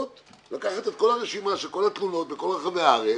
ולקחת את הרשימה של כל התלונות בכל רחבי הארץ